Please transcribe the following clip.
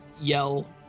yell